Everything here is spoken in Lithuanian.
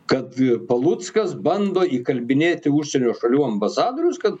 kad paluckas bando įkalbinėti užsienio šalių ambasadorius kad